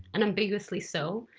and umambiguously so,